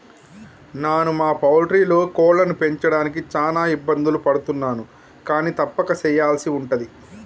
నాను మా పౌల్ట్రీలో కోళ్లను పెంచడానికి చాన ఇబ్బందులు పడుతున్నాను కానీ తప్పక సెయ్యల్సి ఉంటది